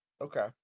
Okay